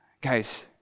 Guys